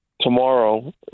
tomorrow